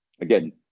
Again